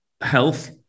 health